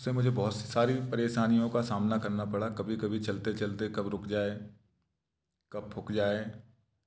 उससे मुझे बहुत सी सारी परेशानियों का सामना करना पड़ा कभी कभी चलते चलते कब रुक जाए कब फूक जाए